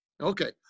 Okay